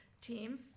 team